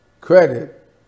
credit